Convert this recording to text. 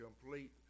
complete